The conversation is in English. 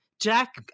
Jack